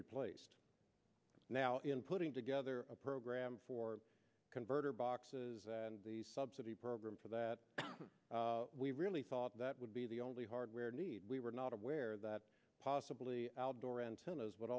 replaced now in putting together a program for converter boxes and the subsidy program for that we really thought that would be the only hardware need we were not aware that possibly doran's would